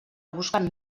busquen